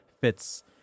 fits